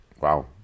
Wow